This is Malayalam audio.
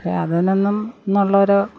പക്ഷെ അതിനൊന്നും ഇന്നുള്ളൊരു